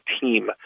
team